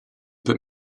put